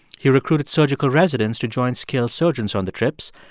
he recruited surgical residents to join skilled surgeons on the trips.